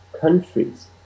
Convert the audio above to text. countries